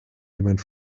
jemand